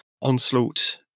onslaught